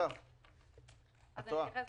אני מתייחסת